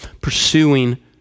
pursuing